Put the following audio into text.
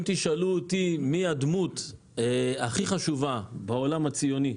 אם תשאלו אותי מי הדמות הכי חשובה בעולם הציוני?